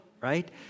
right